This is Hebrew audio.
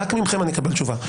רק מכם אני אקבל תשובה.